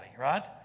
right